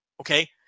okay